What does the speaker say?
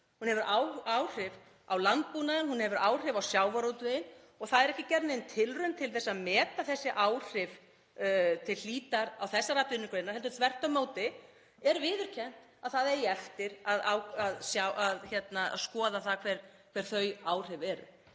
Það hefur áhrif á landbúnaðinn. Það hefur áhrif á sjávarútveginn og það er ekki gerð nein tilraun til að meta þessi áhrif til hlítar á þessar atvinnugreinar heldur er þvert á móti viðurkennt að það eigi eftir að skoða hver þau áhrif eru.